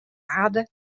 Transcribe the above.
aarde